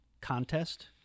contest